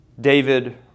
David